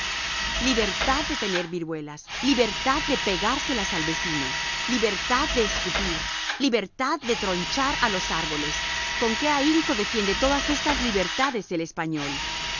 libertad de tener viruelas libertad de pegárselas al vecino libertad de escupir libertad de tronchar los árboles con qué ahínco defiende todas estas libertades el español